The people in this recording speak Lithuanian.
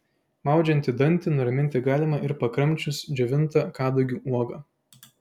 maudžiantį dantį nuraminti galima ir pakramčius džiovintą kadagių uogą